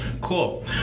Cool